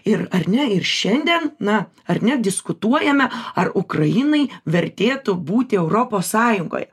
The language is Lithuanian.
ir ar ne ir šiandien na ar ne diskutuojame ar ukrainai vertėtų būti europos sąjungoj